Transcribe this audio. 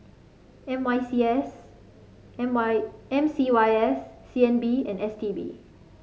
M Y C S M Y M C Y S C N B and S T B